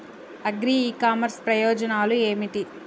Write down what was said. Agri e commerce ప్రయోజనాలు ఏమిటి?